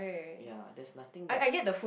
ya there's nothing that